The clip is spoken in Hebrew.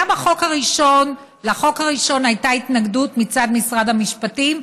לחוק הראשון הייתה התנגדות מצד משרד המשפטים,